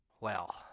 Well